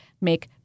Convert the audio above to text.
make